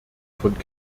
von